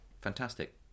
fantastic